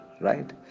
right